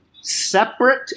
separate